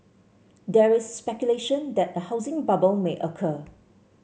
there is speculation that a housing bubble may occur